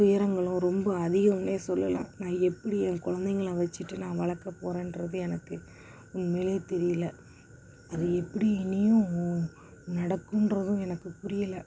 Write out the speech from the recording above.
துயரங்களும் ரொம்ப அதிகம்ன்னு சொல்லலாம் நான் எப்படி என் குழந்தைங்கள வச்சுட்டு நான் வளர்க்கப்போறேன்றது எனக்கு உண்மையிலேயே தெரியல அது எப்படி இனியும் நடக்கும்றதும் எனக்கு புரியல